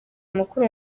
mukuru